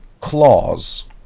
claws